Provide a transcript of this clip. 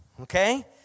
okay